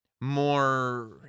more